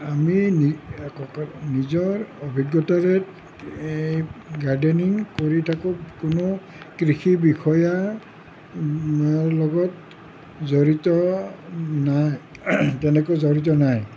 আমি নিজৰ অভিজ্ঞতাৰে গাৰ্ডেনিং কৰি থাকোঁ কোনো কৃষি বিষয়াৰ লগত জড়িত নাই তেনেকৈ জড়িত নাই